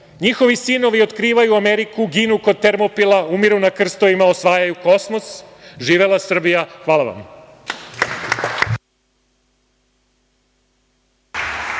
„Njihovi sinovi otkrivaju Ameriku, ginu kod Termopila, umiru na krstovima, osvajaju kosmos.“ Živela Srbija. Hvala vam.